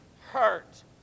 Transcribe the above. hurt